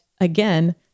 again